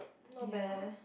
not bad leh